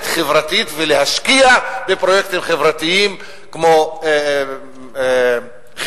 חברתית ולהשקיע בפרויקטים חברתיים כמו חינוך,